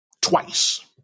Twice